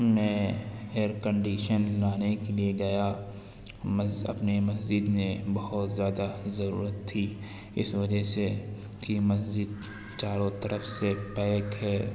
میں air condition لانے کے لیے گیا مس اپنی مسجد میں بہت زیادہ ضرورت تھی اس وجہ سے کہ مسجد چاروں طرف سے پیک ہے